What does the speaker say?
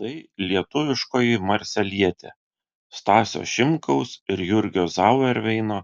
tai lietuviškoji marselietė stasio šimkaus ir jurgio zauerveino